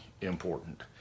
important